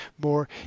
more